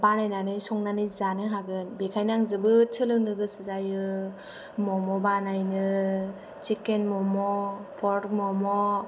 बानायनानै संनानै जानो हागोन बेखायनो आङो जोबोद सोलोंनो गोसो जायो मम' बानायनो चिकेन मम' पर्क मम'